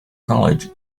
college